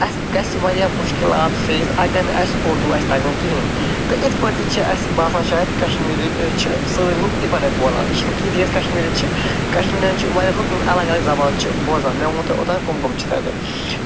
اَسہِ گژھِ واریاہ مِشکِلات فیس اَگر نہٕ اَسہِ اُردو آسہِ تَگان کِہیٖنۍ تہِ یِتھ پٲٹھۍ تہِ چھِ اَسہِ باسان شایَد کَشمیٖری چھِ سٲنۍ لُکھ اِکوَٹَے بولان یہِ چھِنہٕ کِہیٖنۍ تہِ یۄس کَشمیٖری چھِ کَشمیٖرَن چھِ واریاہ لُکھ یِم اَلگ اَلگ زَبان چھِ بوزان مےٚ ووٚن تۄہہِ اوٚتام کِم کِم چھِ تَتٮ۪ن